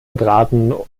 gebraten